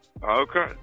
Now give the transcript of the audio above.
Okay